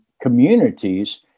communities